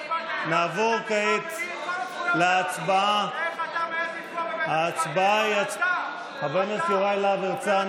אתה הולך לפגוע בבית המשפט העליון שנתן לך ולי את כל הזכויות שלנו.